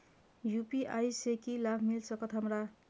UPI से की लाभ मिल सकत हमरा?